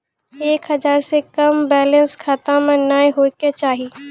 एक हजार से कम बैलेंस खाता मे नैय होय के चाही